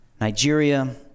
Nigeria